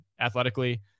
athletically